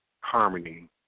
harmony